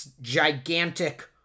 Gigantic